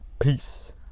Peace